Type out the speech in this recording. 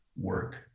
work